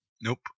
Nope